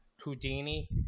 Houdini